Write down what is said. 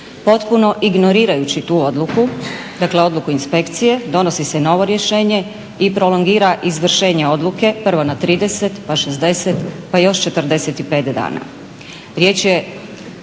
Potpuno ignorirajući tu odluku, dakle odluku inspekcije donosi se novo rješenje i prolongira izvršenje odluke prvo na 30 pa 60 pa još 45 dana.